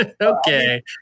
Okay